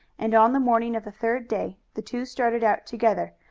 and on the morning of the third day the two started out together,